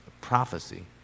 prophecy